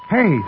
Hey